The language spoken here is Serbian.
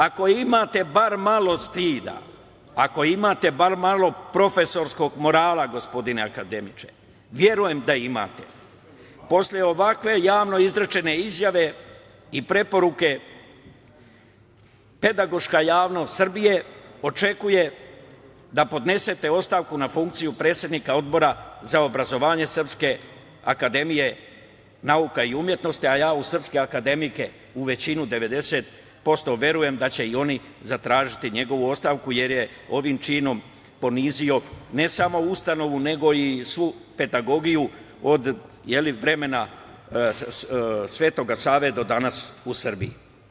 Ako imate bar malo stida, ako imate bar malo profesorskog morala, gospodine akademiče, verujem da imate, posle ovakve javno izrečene izjave i preporuke, pedagoška javnost Srbije očekuje da podnesete ostavku na funkciju predsednika Odbora za obrazovanje SANU, a ja u srpske akademike u većinu, 90%, verujem da će i oni zatražiti njegovu ostavku jer je ovim činom ponizio ne samo ustanovu, nego i svu pedagogiju od vremena Svetog Save do danas u Srbiji.